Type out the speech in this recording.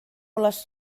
les